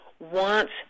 wants